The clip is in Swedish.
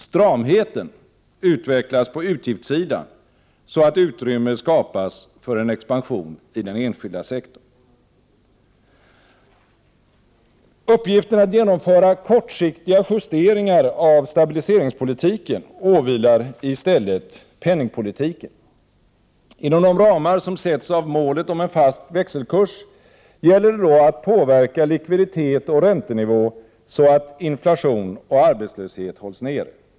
Stramheten utvecklas på utgiftssidan, så att utrymme skapas för en expansion i den enskilda sektorn. Uppgiften att genomföra kortsiktiga justeringar av stabiliseringspolitiken åvilar i stället penningpolitiken. Inom de ramar som sätts av målet om en fast växelkurs gäller det då att påverka likviditet och räntenivå så att inflation och arbetslöshet hålls nere.